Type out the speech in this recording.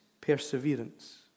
perseverance